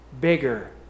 bigger